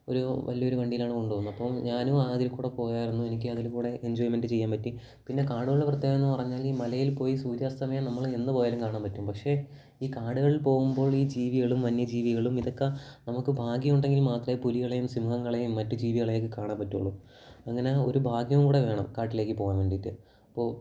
ഒരു വലിയൊരു വണ്ടിയിലാണ് കൊണ്ടുപോകുന്നത് അപ്പോൾ ഞാനും അ അതിൽ കൂടി പോയായിരുന്നു എനിക്കും അതിൽ കൂടി എൻജോയ്മെൻറ്റ് ചെയ്യാൻ പറ്റി പിന്നെ കാടുകളുടെ പ്രത്യേകത എന്നു പറഞ്ഞാൽ ഈ മലയിൽ പോയി സൂര്യാസ്തമയം നമ്മൾ എന്നു പോയാലും കാണാൻ പറ്റും പക്ഷെ ഈ കാടുകളിൽ പോകുമ്പോൾ ഈ ജീവികളും വന്യജീവികളും ഇതൊക്കെ നമുക്ക് ഭാഗ്യമുണ്ടെങ്കിൽ മാത്രമേ പുലികളെയും സിംഹങ്ങളെയും മറ്റു ജീവികളെയൊക്കെ കാണാൻ പറ്റുള്ളൂ അങ്ങനെ ഒരു ഭാഗ്യം കൂടി വേണം കാട്ടിലേക്കു പോകാൻ വേണ്ടിയിട്ട് അപ്പോൾ